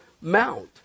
Mount